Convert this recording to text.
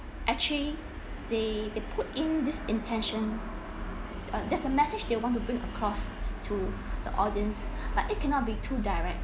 actually they they put in this intention uh there's a message they want to bring across to the audience like it cannot be too direct